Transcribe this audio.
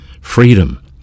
freedom